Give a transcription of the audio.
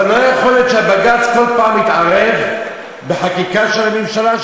אבל לא יכול להיות שבג"ץ כל פעם יתערב בחקיקה של הממשלה,